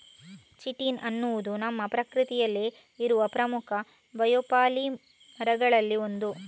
chitin ಅನ್ನುದು ನಮ್ಮ ಪ್ರಕೃತಿಯಲ್ಲಿ ಇರುವ ಪ್ರಮುಖ ಬಯೋಪಾಲಿಮರುಗಳಲ್ಲಿ ಒಂದು